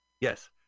Yes